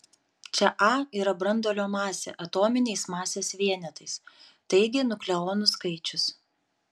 čia a yra branduolio masė atominiais masės vienetais taigi nukleonų skaičius